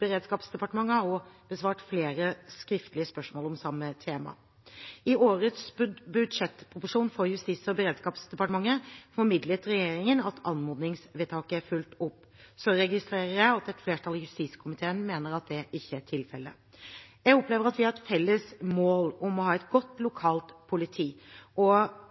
beredskapsdepartementet har også besvart flere skriftlige spørsmål om samme tema. I årets budsjettproposisjon for Justis- og beredskapsdepartementet formidlet regjeringen at anmodningsvedtaket er fulgt opp. Så registrerer jeg at et flertall i justiskomiteen mener at det ikke er tilfellet. Jeg opplever at vi har et felles mål om å ha et godt lokalt politi.